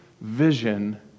vision